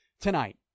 tonight